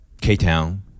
k-town